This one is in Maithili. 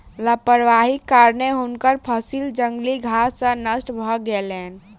लापरवाहीक कारणेँ हुनकर फसिल जंगली घास सॅ नष्ट भ गेलैन